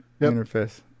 Interface